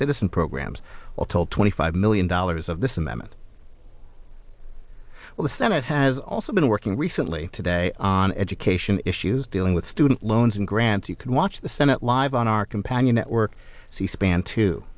citizen programs all told twenty five million dollars of this amendment will the senate has also been working recently today on education issues dealing with student loans and grants you can watch the senate live on our companion network c span to